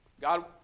God